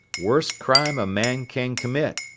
worst crime a man can commit.